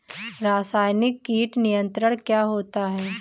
रसायनिक कीट नियंत्रण क्या होता है?